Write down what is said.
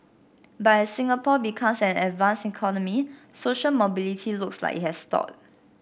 but as Singapore becomes an advanced economy social mobility looks like it has stalled